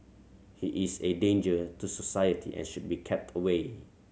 he is a danger to society and should be kept away